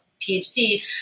PhD